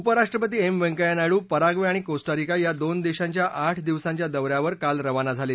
उपराष्ट्रपती M Venkaiah Naidu Paraguay आणि Costa Rica या दोन देशांच्या आठ दिवसांच्या दौ यावर काल रवाना झाले